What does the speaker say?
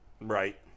Right